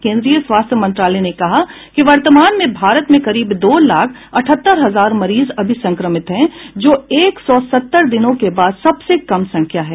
केन्द्रीय स्वास्थ्य मंत्रालय ने कहा कि वर्तमान में भारत में करीब दो लाख अठहत्तर हजार मरीज अभी संक्रमित हैं जो एक सौ सत्तर दिनों के बाद सबसे कम संख्या है